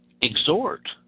exhort